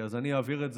אז אני אעביר את זה,